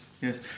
yes